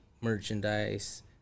merchandise